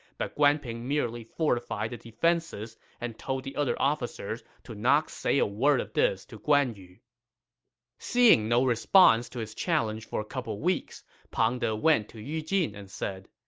but guan ping merely fortified the defenses and told the other officers to not say a word of this to guan yu seeing no response to his challenge for a couple weeks, pang de went to yu jin and said,